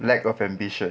lack of ambition